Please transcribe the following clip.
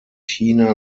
china